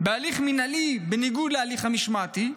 בהליך מינהלי, בניגוד להליך המשמעתי,